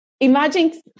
Imagine